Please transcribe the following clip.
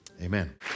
Amen